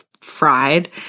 fried